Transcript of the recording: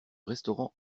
restaurant